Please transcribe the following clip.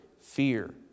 fear